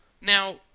Now